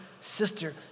sister